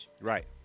Right